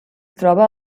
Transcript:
troba